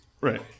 Right